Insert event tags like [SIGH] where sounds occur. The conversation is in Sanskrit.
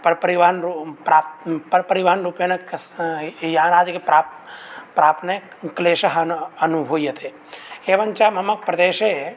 [UNINTELLIGIBLE] रूपेण यानादिकं प्रापणे क्लेशः अनुभूयते एवञ्च मम प्रदेशे